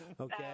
Okay